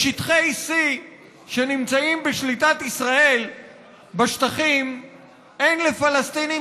בשטחי C שנמצאים בשליטת ישראל בשטחים אין לפלסטינים